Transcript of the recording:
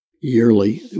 yearly